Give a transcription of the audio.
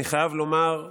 אני חייב לומר,